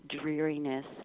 dreariness